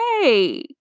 Hey